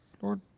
Lord